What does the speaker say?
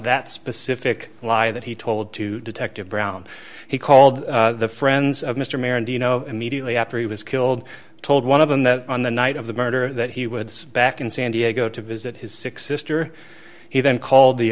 that specific lie that he told to detective brown he called the friends of mr mayor and you know immediately after he was killed told one of them that on the night of the murder that he would back in san diego to visit his sick sister he then called the